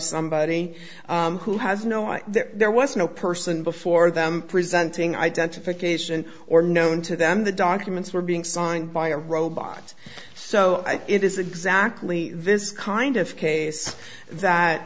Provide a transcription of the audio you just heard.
somebody who has a no i there was no person before them presenting identification or known to them the documents were being signed by a robot so it is exactly this kind of case that